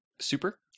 Super